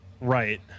Right